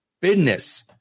business